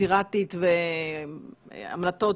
פיראטית והמלטות,